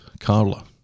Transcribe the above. Carla